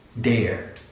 dare